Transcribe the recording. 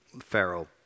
Pharaoh